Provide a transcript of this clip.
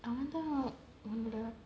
அவன் தான் அவனோட:avan thaan aavanoda